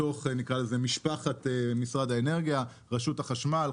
בתוך מה שנקרא 'משפחת משרד האנרגיה' רשות החשמל,